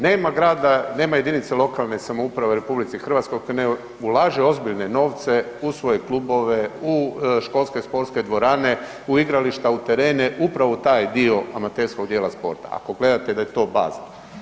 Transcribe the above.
Nema grada, nema jedinice lokalne samouprave u RH koja ne ulaže ozbiljne novce u svoje klubove, u školske sportske dvorane u igrališta, u trene upravo u taj dio amaterskog dijela sporta, ako gledate da je to baza.